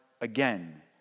again